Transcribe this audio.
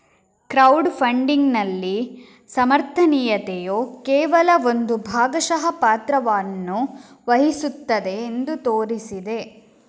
crowd ಫಂಡಿಗಿನಲ್ಲಿ ಸಮರ್ಥನೀಯತೆಯು ಕೇವಲ ಒಂದು ಭಾಗಶಃ ಪಾತ್ರವನ್ನು ವಹಿಸುತ್ತದೆ ಎಂದು ತೋರಿಸಿದೆ